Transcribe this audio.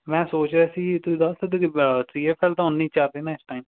ਮੈਂ ਸੋਚ ਰਿਹਾ ਸੀ ਤੁਸੀਂ ਦੱਸ ਸਕਦੇ ਕਿ ਸੀ ਐਫ ਐੱਲ ਤਾਂ ਓਨੇ ਚੱਲਦੇ ਨੇ ਇਸ ਟਾਈਮ